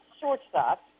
shortstop